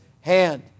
hand